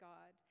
God